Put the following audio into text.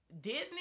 Disney